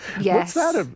yes